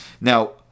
Now